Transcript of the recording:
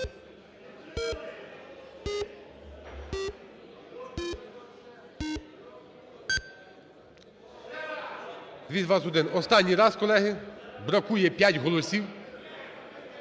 Останній раз, колеги, бракує 5 голосів.